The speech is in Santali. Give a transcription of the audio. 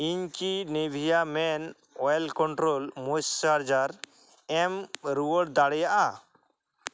ᱤᱧ ᱠᱤ ᱱᱤᱵᱷᱤᱭᱟ ᱢᱮᱱ ᱚᱭᱮᱞ ᱠᱳᱱᱴᱨᱳᱞ ᱢᱩᱥᱟᱨᱡᱟᱨ ᱮᱢ ᱨᱩᱣᱟᱹᱲ ᱫᱟᱲᱮᱭᱟᱜᱼᱟ